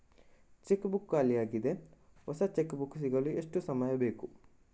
Check book ಖಾಲಿ ಯಾಗಿದೆ, ಹೊಸ ಚೆಕ್ ಬುಕ್ ಸಿಗಲು ಎಷ್ಟು ಸಮಯ ಬೇಕು?